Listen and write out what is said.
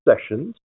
sessions